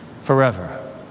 forever